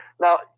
Now